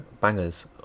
bangers